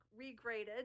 regraded